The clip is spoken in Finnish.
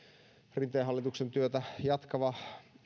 rinteen hallituksen työtä jatkava